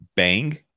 Bang